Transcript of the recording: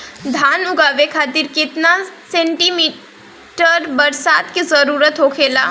धान उगावे खातिर केतना सेंटीमीटर बरसात के जरूरत होखेला?